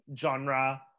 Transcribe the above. genre